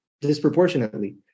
disproportionately